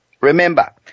Remember